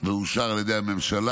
ואושר על ידי הממשלה.